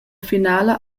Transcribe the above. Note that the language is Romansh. finala